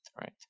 right